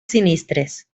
sinistres